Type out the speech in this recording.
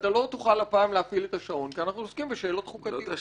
ואתה לא תוכל הפעם להפעיל את השעון כי אנחנו עוסקים בשאלות חוקתיות.